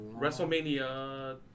WrestleMania